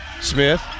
Smith